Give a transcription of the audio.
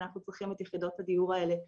אנחנו צריכים את יחידות הדיור האלה ומהר,